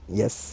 yes